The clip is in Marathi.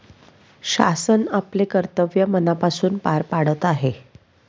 शासन आपले कर्तव्य मनापासून पार पाडत आहे